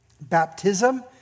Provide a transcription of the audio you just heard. Baptism